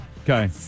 Okay